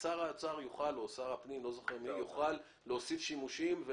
שר האוצר או שר הפנים יוכלו להוסיף שימושים.